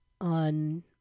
on